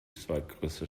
zweitgrößte